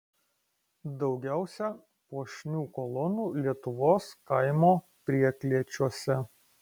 daugiausia puošnių kolonų lietuvos kaimo prieklėčiuose